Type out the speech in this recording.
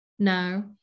no